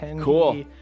Cool